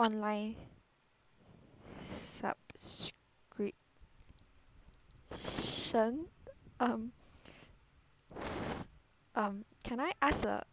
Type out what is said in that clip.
online subscription um s~ um can I ask a